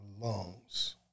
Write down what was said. lungs